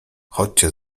chodźcie